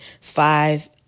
five